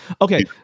Okay